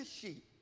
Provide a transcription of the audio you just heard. sheep